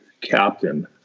captain